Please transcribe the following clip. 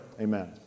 amen